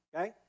okay